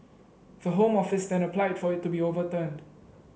the Home Office then applied for it to be overturned